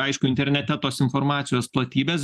aišku internete tos informacijos platybės